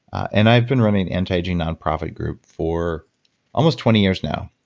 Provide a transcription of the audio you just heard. and i've been running an antiaging nonprofit group for almost twenty years now,